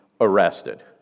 arrested